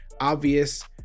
obvious